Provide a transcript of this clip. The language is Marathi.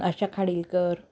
अशा खाडीलकर